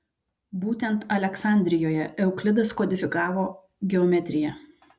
būtent aleksandrijoje euklidas kodifikavo geometriją